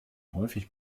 häufig